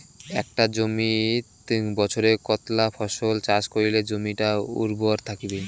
একটা জমিত বছরে কতলা ফসল চাষ করিলে জমিটা উর্বর থাকিবে?